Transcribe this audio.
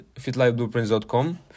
fitlifeblueprints.com